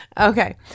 Okay